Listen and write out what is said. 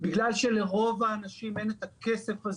בגלל שלרוב האנשים אין את הכסף,